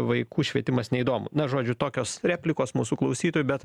vaikų švietimas neįdomu na žodžiu tokios replikos mūsų klausytojų bet